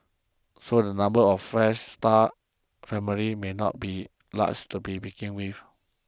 so the number of Fresh Start families may not be large to be begin with